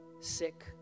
sick